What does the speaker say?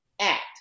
act